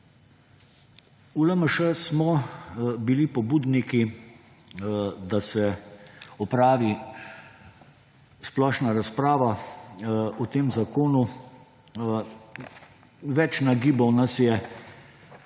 V LMŠ smo bili pobudniki, da se opravi splošna razprava o tem zakonu. Več nagibov nas je peljalo